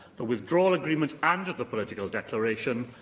the withdrawal agreement and the political declaration,